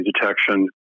detection